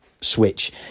switch